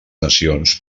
nacions